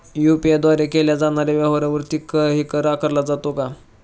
UPI द्वारे केल्या जाणाऱ्या व्यवहारावरती काही कर आकारला जातो का?